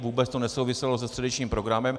Vůbec to nesouviselo se středečním programem.